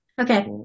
Okay